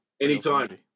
anytime